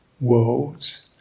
worlds